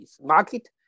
market